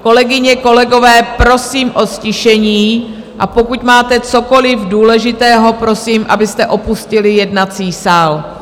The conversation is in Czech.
Kolegyně, kolegové, prosím o ztišení, a pokud máte cokoli důležitého, prosím, abyste opustili jednací sál.